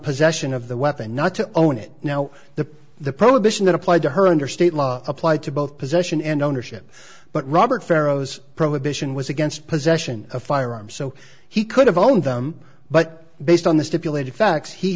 possession of the weapon not to own it now the the prohibition that applied to her under state law applied to both possession and ownership but robert pharaoh's prohibition was against possession of firearms so he could have owned them but based on the stipulated facts he